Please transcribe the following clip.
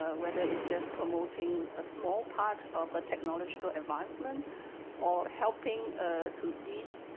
ah whether it's just promoting a small part of a technological advisement or helping to this